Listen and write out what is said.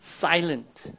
silent